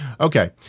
okay